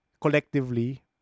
collectively